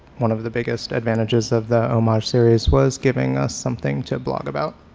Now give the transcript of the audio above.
one of the biggest advantages of the homage series was giving us something to blog about.